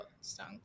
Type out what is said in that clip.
stung